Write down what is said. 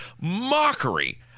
mockery